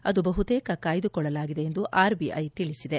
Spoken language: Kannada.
ಅದು ಬಹುತೇಕ ಕಾಯ್ದುಕೊಳ್ಳಲಾಗಿದೆ ಎಂದು ಆರ್ಬಿಐ ತಿಳಿಸಿದೆ